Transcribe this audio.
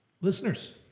Listeners